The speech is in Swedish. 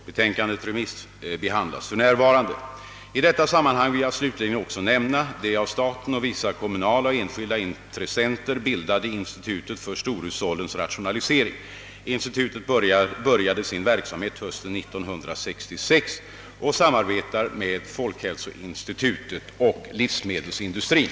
Betänkandet remissbehandlas för närvarande. I detta sammanhang vill jag slutligen också nämna det av staten och vissa kommunala och enskilda intressenter bildade Institutet för storhushållens rationalisering. Institutet började sin verksamhet hösten 1966 och samarbetar med folkhälsoinstitutet och livsmedelsindustrin.